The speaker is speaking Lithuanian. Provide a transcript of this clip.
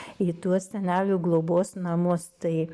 į tuos senelių globos namus tai